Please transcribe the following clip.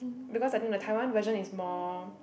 because I think the Taiwan version is more